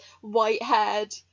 white-haired